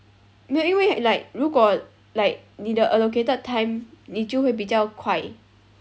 没有因为 like 如果 like 你的 allocated time 你就会比较快